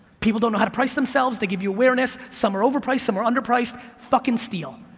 people don't know how to price themselves, they give you awareness, some are overpriced, some are underpriced, fucking steal.